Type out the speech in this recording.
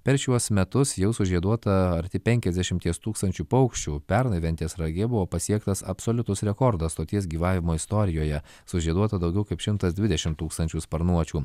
per šiuos metus jau sužieduota arti penkiasdešimties tūkstančių paukščių pernai ventės rage buvo pasiektas absoliutus rekordas stoties gyvavimo istorijoje sužieduota daugiau kaip šimtas dvidešim tūkstančių sparnuočių